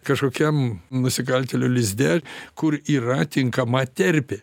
kažkokiam nusikaltėlių lizde kur yra tinkama terpė